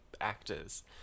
actors